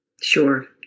Sure